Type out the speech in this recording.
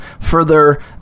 further